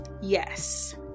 yes